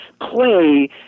play